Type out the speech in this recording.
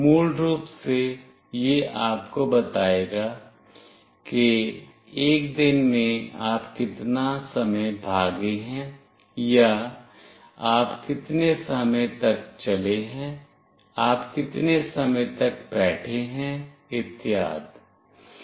मूल रूप से यह आपको बताएगा कि एक दिन में आप कितना समय भागे हैं या आप कितने समय तक चले हैं आप कितने समय तक बैठे हैं इत्यादि